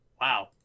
Wow